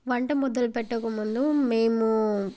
వంట మొదలు పెట్టకముందు మేము